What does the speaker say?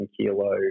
kilo